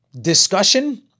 discussion